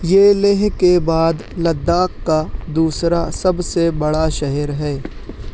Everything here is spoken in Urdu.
یہ لیہہ کے بعد لداخ کا دوسرا سب سے بڑا شہر ہے